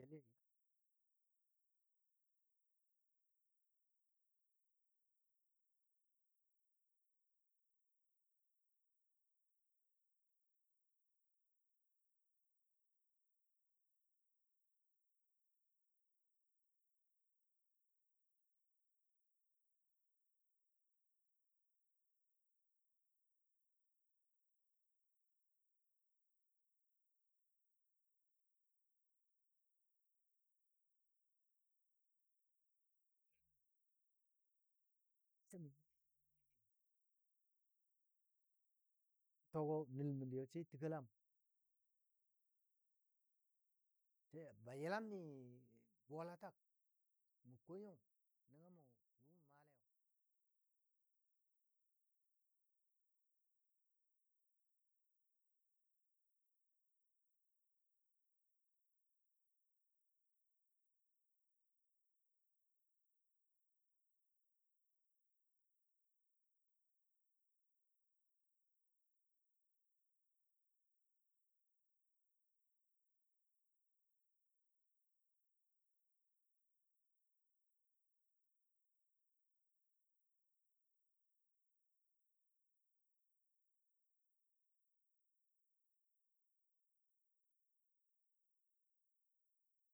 Jel yan yal kaambɔ daa wuni kambɔ a yi amurka jə yile wai ya bɔ nya ka wo bə yiwɔ bə kiyɔ kelɔ le wɔ bə kiyɔ kele bə kiyo keltinole bə kiyo kəl tino le a gəlala na kwamagɔ lelei to bə kwiya yəla shu a lɔɔ na təma sheli n jel ta gola daani ya mə maa maaji le wuni maami tikali a mʊgo lɔɔngin ja kəgga nənən nəngo mə maale nyo maale nyo mami mi tikali nanan yi miso mə yo ya mən maa maaji lei butogo nəl məndi yo sai a təgɔlam ba yəlam mi bɔlatag mə kɔ nyo nəngo mə jʊ mə maale miso mən yile nan yi nan fəbi gun jel shu yan maa maajigo yəlan be daa nan kəla kwamigəni tagola yan maamaati məndi yəlam be n ja kəgga nən ju mən maalei mə maale mə maale nəngo abe nən di dwiyeni mə yəm fɔ a daa wuni mən fəb fəbəmlei mən fəb fəb am le a mʊgo kwan butɔ mi a mibo mən yile nyo kebo gam dəbo mə maalei kebo kanjəl mə miyo lei na mə maabɔ maajini tikailei a mʊgɔ bʊtɔ sə bʊtɔ məndi.